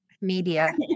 media